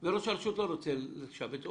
לא רוצה לשבץ אותו,